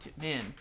man